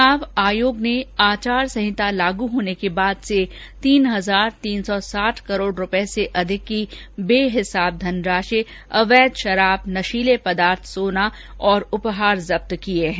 चुनाव आयोग ने आचार संहिता लागू होने के बाद से तीन हजार तीन सौ साठ करोड़ रुपए से अधिक की बेहिसाब धनराशि अवैध शराब नशीले पदार्थ सोना और उपहार जब्त किए हैं